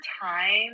time